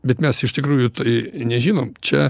bet mes iš tikrųjų tai nežinom čia